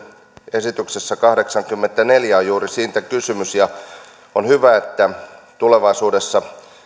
esityksessä kahdeksankymmentäneljä on juuri siitä kysymys on hyvä että tulevaisuudessa